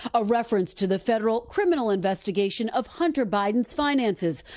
a reference to the federal criminal investigation of hunter biden's finances,